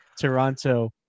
Toronto